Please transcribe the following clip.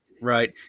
right